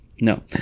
No